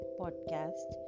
podcast